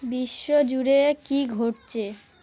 বিশ্ব জুড়ে কি ঘটছে